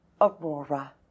Aurora